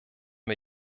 wir